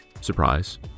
surprise